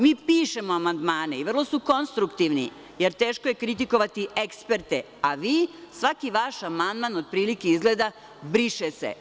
Mi pišemo amandmane i vrlo su konstruktivni, jer teško je kritikovati eksperte, a svaki vaš amandman otprilike izgleda – briše se.